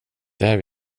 där